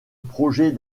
projet